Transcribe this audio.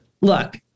Look